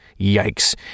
Yikes